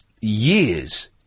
Years